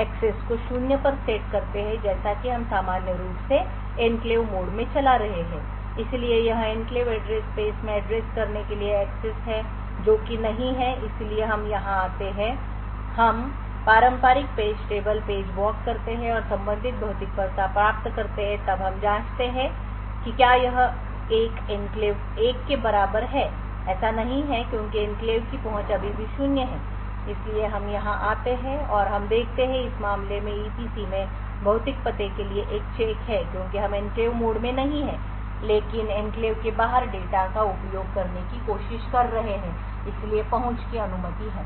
access को शून्य पर सेट करते हैं जैसा कि हम सामान्य रूप से एन्क्लेव मोड में चला रहे हैं इसलिए यह एन्क्लेव एड्रेस स्पेस में एड्रेस करने के लिए एक्सेस है जो कि नहीं है इसलिए हम यहां आते हैं हम पारंपरिक पेज टेबल वॉक करते हैं और संबंधित भौतिक पता प्राप्त करते हैं तब हम जांचते हैं कि क्या यह एक एन्क्लेव 1 के बराबर है ऐसा नहीं है क्योंकि एन्क्लेव की पहुंच अभी भी शून्य है इसलिए हम यहां आते हैं और हम देखते हैं कि इस मामले में ईपीसी में भौतिक पते के लिए एक चेक है क्योंकि हम एन्क्लेव मोड में नहीं हैं लेकिन एन्क्लेव के बाहर डेटा का उपयोग करने की कोशिश कर रहे हैं और इसलिए पहुंच की अनुमति है